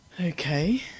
Okay